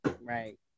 right